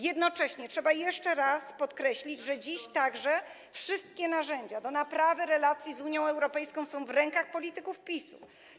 Jednocześnie trzeba jeszcze raz podkreślić, że dziś wszystkie narzędzia służące naprawie relacji z Unią Europejską są w rękach polityków PiS-u.